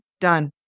done